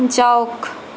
যাওক